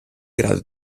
grado